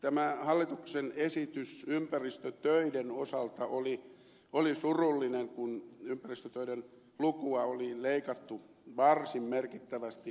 tämä hallituksen esitys ympäristötöiden osalta oli surullinen kun ympäristötöiden lukua oli leikattu varsin merkittävästi